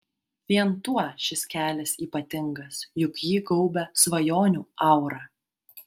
vien tuo šis kelias ypatingas juk jį gaubia svajonių aura